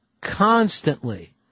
constantly